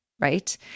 Right